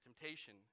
temptation